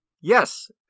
Yes